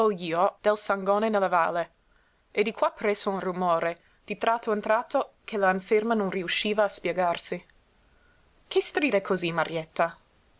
del sangone nella valle e di qua presso un rumore di tratto in tratto che la inferma non riusciva a spiegarsi che stride cosí marietta